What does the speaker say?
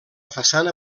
façana